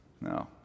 No